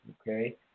Okay